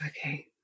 Okay